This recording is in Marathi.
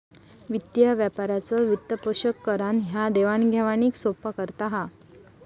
वित्तीय व्यापाराचो वित्तपोषण करान ह्या देवाण घेवाणीक सोप्पा करता येता